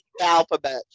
Alphabet